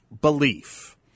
belief